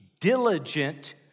diligent